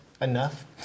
enough